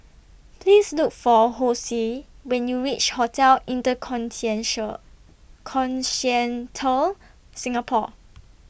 Please Look For Hosea when YOU REACH Hotel Inter Continental Singapore